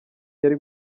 yari